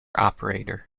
operator